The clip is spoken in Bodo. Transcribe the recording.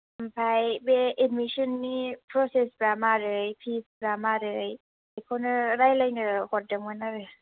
ओमफ्राय बे एडमिसननि प्रसेसा मारै फिसफोरा मारै बेखौनो रायज्लायनो हरदोंमोन आरो